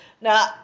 Now